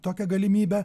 tokią galimybę